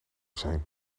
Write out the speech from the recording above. zijn